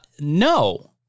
No